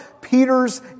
Peter's